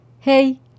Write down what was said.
Hey